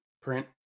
print